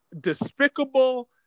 despicable